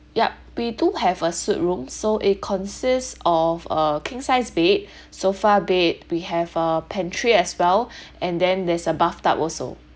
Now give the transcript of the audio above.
ya we do have a suite room so it consists of a king size bed sofa bed we have a pantry as well and then there's a bathtub also